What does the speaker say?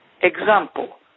Example